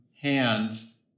hands